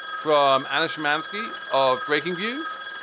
from anna shymansky of breakingviews.